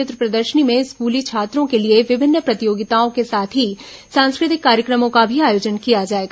वित्र प्रदर्शनी में स्कूली छात्रों के लिए विभिन्न प्रतियोगिताओं के साथ ही सांस्कृतिक कार्यक्रमों का भी आयोजन किया जाएगा